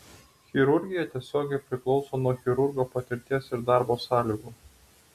chirurgija tiesiogiai priklauso nuo chirurgo patirties ir darbo sąlygų